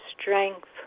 strength